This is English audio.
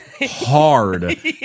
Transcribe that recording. hard